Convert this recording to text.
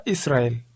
Israel